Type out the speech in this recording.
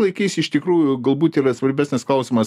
laikais iš tikrųjų galbūt yra svarbesnis klausimas